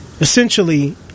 Essentially